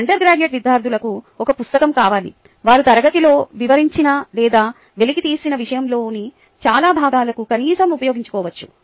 undergraduate విద్యార్థులకు ఒక పుస్తకం కావాలి వారు తరగతిలో వివరించిన లేదా వెలికితీసిన విషయంలోని చాలా భాగాలకు కనీసం ఉపయోగించుకోవచ్చు